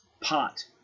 pot